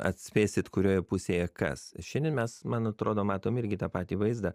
atspėsit kurioje pusėje kas šiandien mes man atrodo matom irgi tą patį vaizdą